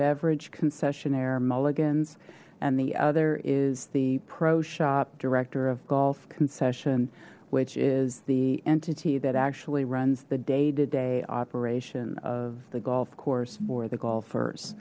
beverage concessionaire mulligan's and the other is the pro shop director of golf concession which is the entity that actually runs the day to day operation of the golf course for the